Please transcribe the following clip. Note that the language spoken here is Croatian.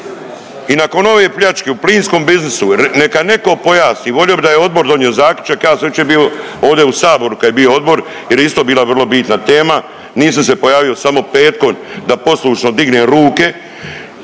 I nakon ove pljačke u plinskom biznisu neka neko pojasni, volio bi da je odbor donio zaključak, ja sam jučer bio ovdje u saboru kad je bio odbor jer je isto bila vrlo bitna tema, nisam se pojavio samo petkom da poslušno dignem ruke